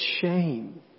shame